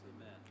Amen